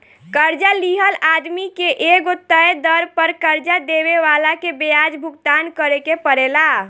कर्जा लिहल आदमी के एगो तय दर पर कर्जा देवे वाला के ब्याज के भुगतान करेके परेला